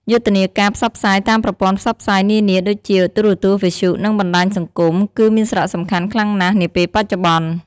យុទ្ធនាការផ្សព្វផ្សាយតាមប្រព័ន្ធផ្សព្វផ្សាយនានាដូចជា ទូរទស្សន៍ វិទ្យុ និងបណ្តាញសង្គម គឺមានសារៈសំខាន់ខ្លាំងណាស់នាពេលបច្ចុប្បន្ន។